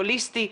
הוליסטי,